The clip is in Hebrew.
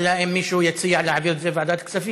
אלא כן אם מישהו יציע להעביר את זה לוועדת כספים,